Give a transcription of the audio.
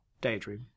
Daydream